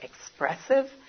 expressive